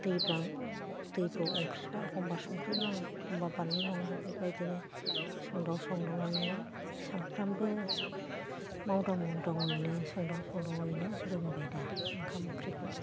दैब्रां दैब्र' ओंख्रिफ्रा एखम्ब्ला संख्रि नाङा एखम्ब्ला बानलु नाङा बेबायदिनो संदाव संदावैनो सानफ्रामबो मावदाव मावदावैनो संदाव संदावैनो रोंबाय दा ओंखाम ओंख्रिखौ